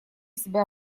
себя